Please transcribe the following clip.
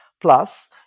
Plus